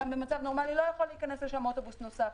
גם במצב נורמלי לא יוכל להיכנס לשם אוטובוס נוסף.